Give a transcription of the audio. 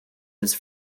his